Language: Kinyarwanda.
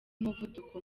umuvuduko